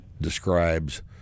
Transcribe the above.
describes